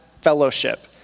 fellowship